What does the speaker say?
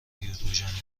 ریودوژانیرو